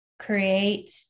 create